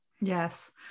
Yes